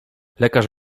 lekarz